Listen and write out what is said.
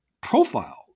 profile